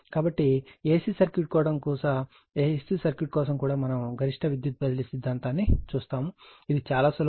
కాబట్టి AC circuit కోసం కూడా మనము గరిష్ట విద్యుత్ బదిలీ సిద్ధాంతాన్ని చూస్తాము ఇది చాలా సులభం